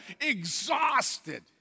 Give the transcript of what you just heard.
exhausted